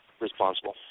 responsible